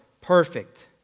perfect